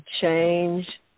change